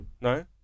No